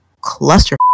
cluster